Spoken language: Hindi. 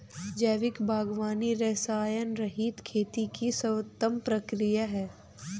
जैविक बागवानी रसायनरहित खेती की सर्वोत्तम प्रक्रिया है